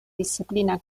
disciplina